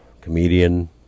comedian